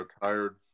retired